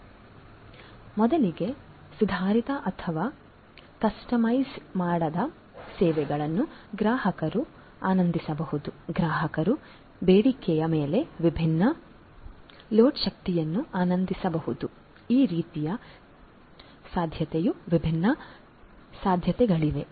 ಆದ್ದರಿಂದ ಮೊದಲಿಗೆ ಸುಧಾರಿತ ಅಥವಾ ಕಸ್ಟಮೈಸ್ ಮಾಡಿದ ಸೇವೆಗಳನ್ನು ಗ್ರಾಹಕರು ಆನಂದಿಸಬಹುದು ಗ್ರಾಹಕರು ಬೇಡಿಕೆಯ ಮೇಲೆ ವಿಭಿನ್ನ ಲೋಡ್ ಶಕ್ತಿಯನ್ನು ಆನಂದಿಸಬಹುದು ಈ ರೀತಿಯ ಸಾಧ್ಯತೆಯು ವಿಭಿನ್ನ ಸಾಧ್ಯತೆಗಳಿವೆ